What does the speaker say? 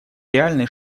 реальный